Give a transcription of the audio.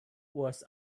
was